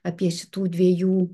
apie šitų dviejų